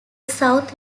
south